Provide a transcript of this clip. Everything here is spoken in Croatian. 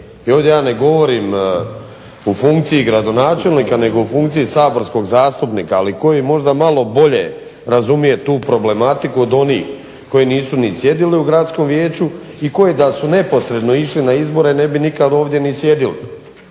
ovdje ja ne govorim u funkciji gradonačelnika nego u funkciji saborskog zastupnika, ali koji možda malo bolje razumije tu problematiku od onih koji nisu ni sjedili u gradskom vijeću i koji da su neposredno išli na izbore ne bi nikad ovdje ni sjedili